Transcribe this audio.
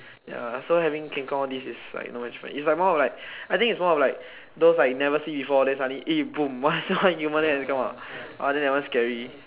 ya so having King Kong all this is like not much fun its like more of like I think its more of like those like you never see before than suddenly eh boom human leg also come out !wah! then that one scary